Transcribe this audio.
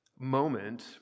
moment